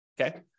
Okay